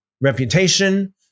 Reputation